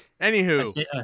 Anywho